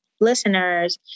listeners